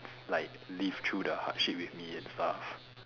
like live through the hardship with me and stuff